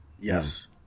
Yes